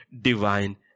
divine